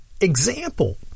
example